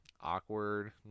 awkward